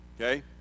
okay